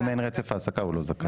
אם אין רצף העסקה הוא לא זכאי.